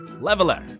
Leveler